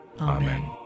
Amen